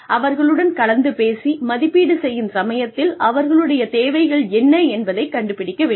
அவர்களுடன் கலந்து பேசி மதிப்பீடு செய்யும் சமயத்தில் அவர்களுடைய தேவைகள் என்ன என்பதைக் கண்டுபிடிக்க வேண்டும்